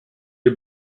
les